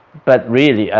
but really,